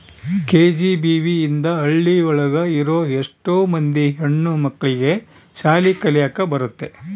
KGBV ಇಂದ ಹಳ್ಳಿ ಒಳಗ ಇರೋ ಎಷ್ಟೋ ಮಂದಿ ಹೆಣ್ಣು ಮಕ್ಳಿಗೆ ಶಾಲೆ ಕಲಿಯಕ್ ಬರುತ್ತೆ